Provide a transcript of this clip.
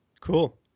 Cool